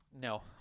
No